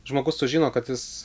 žmogus sužino kad jis